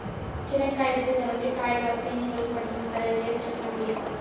చెనక్కాయ పూత నుండి కాయల వరకు ఎన్ని రోజులు పడుతుంది? దయ సేసి చెప్పండి?